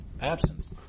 absence